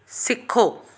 ਸਿੱਖੋ